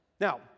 now